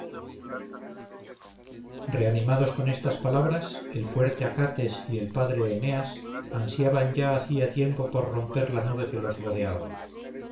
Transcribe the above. reanimados con estas palabras el fuerte acates y el padre eneas ansiaban ya hacía tiempo por romper la nube que los rodeaba